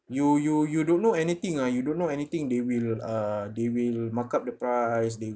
you you you don't know anything ah you don't know anything they will uh they will mark up the price they